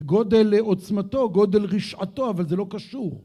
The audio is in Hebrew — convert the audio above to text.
גודל עוצמתו, גודל רשעתו, אבל זה לא קשור.